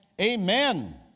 Amen